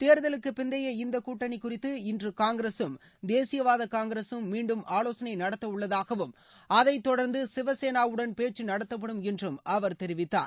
தேர்தலுக்கு பிந்தைய இந்தக் கூட்டணி குறித்து இன்று காங்கிரசும் தேசியவாத காங்கிரசும் மீண்டும் ஆலோசனை நடத்த உள்ளதாகவும் அதை தொடர்ந்து சிவசேனாவுடன் பேச்சு நடத்தப்படும் என்றும் அவர் தெரிவித்தார்